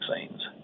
vaccines